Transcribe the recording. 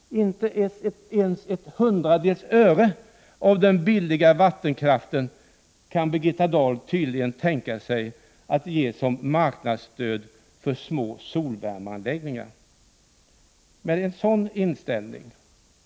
Inte ens en hundradels öre av den billiga vattenkraften kan Birgitta Dahl tydligen tänka sig att ge som marknadsstöd till små solvärmeanläggningar.